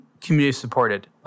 community-supported